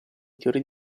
teorie